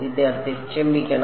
വിദ്യാർത്ഥി ക്ഷമിക്കണം